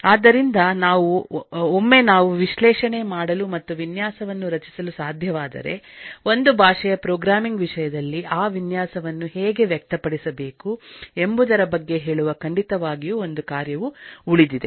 ಆದ್ದರಿಂದ ಒಮ್ಮೆನಾವು ವಿಶ್ಲೇಷಣೆ ಮಾಡಲು ಮತ್ತು ವಿನ್ಯಾಸವನ್ನು ರಚಿಸಲು ಸಾಧ್ಯವಾದರೆ ಒಂದು ಭಾಷೆಯ ಪ್ರೋಗ್ರಾಮಿಂಗ್ ವಿಷಯದಲ್ಲಿ ಆ ವಿನ್ಯಾಸವನ್ನು ಹೇಗೆ ವ್ಯಕ್ತಪಡಿಸಬೇಕು ಎಂಬುದರ ಬಗ್ಗೆ ಹೇಳುವ ಖಂಡಿತವಾಗಿಯೂ ಒಂದು ಕಾರ್ಯವು ಉಳಿದಿದೆ